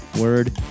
Word